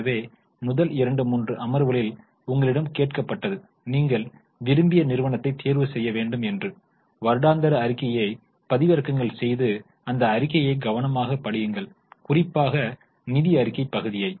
எனவே முதல் 2 3 அமர்வுகளில் உங்களிடம் கேட்கப்பட்டது நீங்கள் விரும்பிய நிறுவனத்தைத் தேர்வு செய்ய வேண்டும் என்று வருடாந்திர அறிக்கையைப் பதிவிறக்கங்கள் செய்து அந்த அறிக்கையை கவனமாகப் படியுங்கள் குறிப்பாக நிதி அறிக்கை பகுதியை